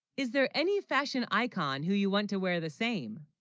is there any fashion icon who you, want to wear the same